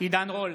עידן רול,